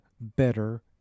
better